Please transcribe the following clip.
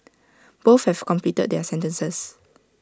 both have completed their sentences